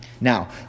Now